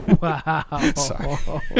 Wow